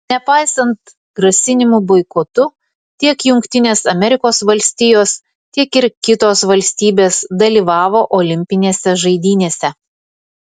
nepaisant grasinimų boikotu tiek jungtinės amerikos valstijos tiek ir kitos valstybės dalyvavo olimpinėse žaidynėse